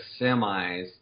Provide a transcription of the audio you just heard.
semis